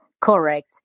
Correct